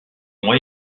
ont